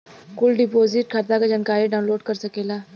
कुल डिपोसिट खाता क जानकारी डाउनलोड कर सकेला